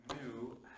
new